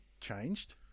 changed